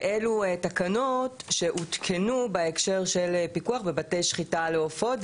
ואלו התקנות שהותקנו בהקשר של פיקוח ובתי שחיטה לעופות.